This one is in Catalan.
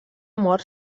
mort